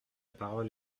parole